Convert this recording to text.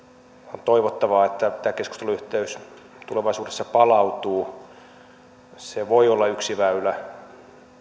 on toivottavaa että tämä keskusteluyhteys tulevaisuudessa palautuu se voi olla yksi väylä